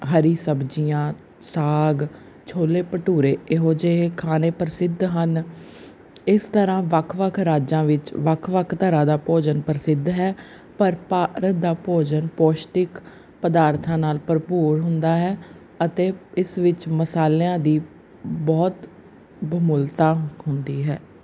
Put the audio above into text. ਹਰੀਆਂ ਸਬਜ਼ੀਆਂ ਸਾਗ ਛੋਲੇ ਭਟੂਰੇ ਇਹੋ ਜਿਹੇ ਖਾਣੇ ਪ੍ਰਸਿੱਧ ਹਨ ਇਸ ਤਰ੍ਹਾਂ ਵੱਖ ਵੱਖ ਰਾਜਾਂ ਵਿੱਚ ਵੱਖ ਵੱਖ ਤਰ੍ਹਾਂ ਦਾ ਭੋਜਨ ਪ੍ਰਸਿੱਧ ਹੈ ਪਰ ਭਾਰਤ ਦਾ ਭੋਜਨ ਪੌਸ਼ਟਿਕ ਪਦਾਰਥਾਂ ਨਾਲ ਭਰਪੂਰ ਹੁੰਦਾ ਹੈ ਅਤੇ ਇਸ ਵਿੱਚ ਮਸਾਲਿਆਂ ਦੀ ਬਹੁਤ ਬਹੁ ਮੁੱਲਤਾ ਹੁੰਦੀ ਹੈ